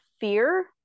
fear